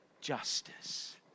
justice